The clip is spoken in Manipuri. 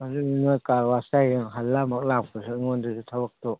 ꯍꯧꯖꯤꯛ ꯅꯣꯏ ꯀꯥꯔ ꯋꯥꯁꯇ ꯍꯌꯦꯡ ꯍꯜꯂ ꯑꯃꯨꯛ ꯂꯥꯛꯄꯁꯨ ꯑꯩꯉꯣꯟꯗꯁꯨ ꯊꯕꯛꯇꯣ